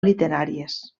literàries